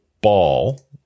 ball